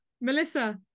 Melissa